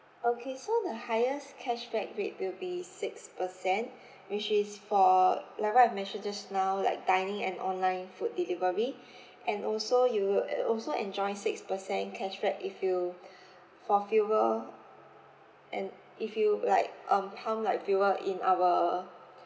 okay so the highest cashback rate will be six percent which is for like what I mentioned just now like dining and online food delivery and also you will also enjoyed six percent cashback if you for fuel and if you like um pump like fuel in our